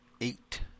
eight